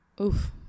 oof